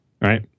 Right